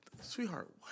Sweetheart